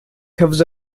covers